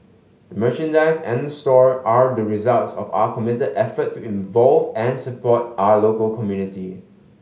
the merchandise and the store are the results of our committed effort to involve and support our local community